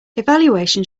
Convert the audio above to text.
evaluation